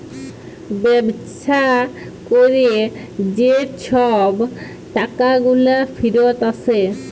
ব্যবসা ক্যরে যে ছব টাকাগুলা ফিরত আসে